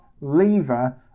lever